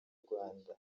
rwanda